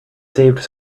saved